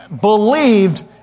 believed